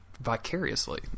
vicariously